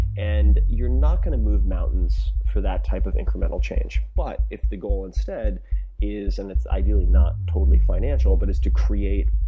and you're not going to move mountains for that type of incremental change. but if the goal instead is, and it's ideally not totally financial, but is to create